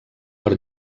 per